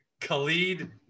Khalid